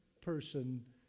person